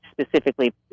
specifically